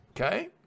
Okay